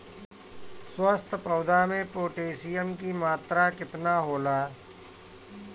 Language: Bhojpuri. स्वस्थ पौधा मे पोटासियम कि मात्रा कितना होला?